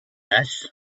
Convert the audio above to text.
mass